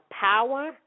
power